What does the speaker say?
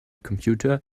computer